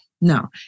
No